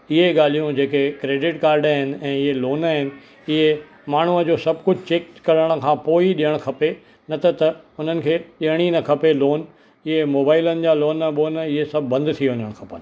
इहे ॻाल्हियूं जेके क्रेडिट काड आहिनि ऐं इहे लोन आहिनि इहे माण्हूअ जो सभु कुझु चेक करण खां पोइ ई ॾियणु खपे न त त उन्हनि खे ॾियण ई न खपे लोन इहे मोबाइलनि जा लोन बोन इहे सभु बंदि थी वञण खपनि